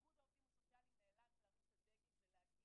איגוד העובדים הסוציאליים נאלץ להרים את הדגל ולהגיד: